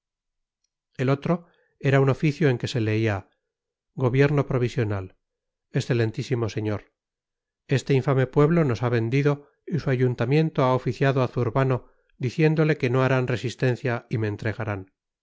el otro era un oficio en que se leía gobierno provisional excelentísimo sr este infame pueblo nos ha vendido y su ayuntamiento ha oficiado a zurbano diciéndole no harán resistencia y me entregarán